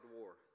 war